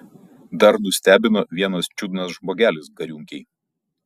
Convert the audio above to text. dar nustebino vienas čiudnas žmogelis gariūnkėj